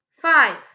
Five